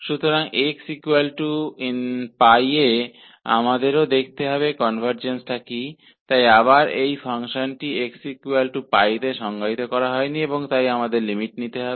तो xπ पर हमें कन्वर्जेन्स भी देखना होगा फिर से यह फ़ंक्शन xπ पर परिभाषित नहीं है इसलिए हमें लिमिट्स लेनी होगी